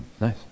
Nice